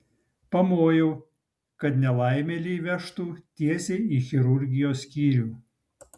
pamojau kad nelaimėlį vežtų tiesiai į chirurgijos skyrių